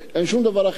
אין שם דבר אחר.